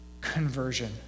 conversion